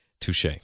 Touche